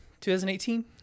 2018